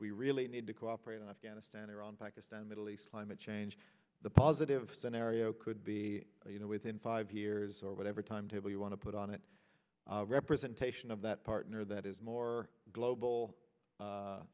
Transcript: we really need to cooperate on afghanistan iran pakistan middle east climate change the positive scenario could be you know within five years or whatever timetable you want to put on it representation of that partner that is more global